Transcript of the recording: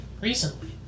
recently